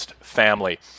family